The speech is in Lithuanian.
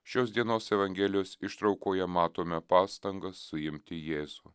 šios dienos evangelijos ištraukoje matome pastangas suimti jėzų